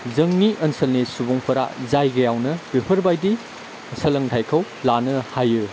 जोंनि ओनसोलनि सुबुंफोरा जायगायावनो बेफोरबायदि सोलोंथाइखौ लानो हायो